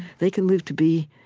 they can live to be,